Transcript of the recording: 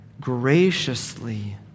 graciously